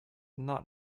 not